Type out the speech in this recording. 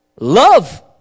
Love